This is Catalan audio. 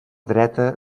dreta